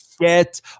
Get